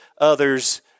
others